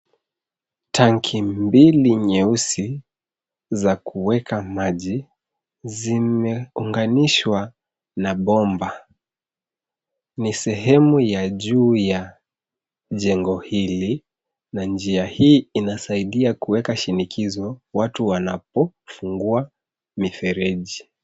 Tanki mbili nyeusi za kuweka maji zimeunganishwa na bomba. Ni sehemu ya juu ya jengo hili na njia hii inasaidia kuweka shinikizo watu wanapofungua mifereji.